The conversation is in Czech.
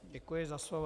Děkuji za slovo.